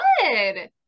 good